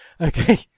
okay